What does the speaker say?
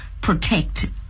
protect